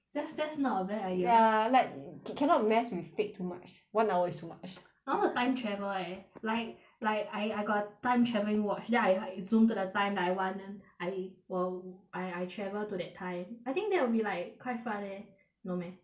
that's that's not a bad idea ya like ca~ cannot mess with fate too much one hour is too much I want to time travel eh like like I I got a time travelling watch then I zoom to the time that I want then I 我 I I travel to that time I think that will be like quite fun leh no meh